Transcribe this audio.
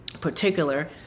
particular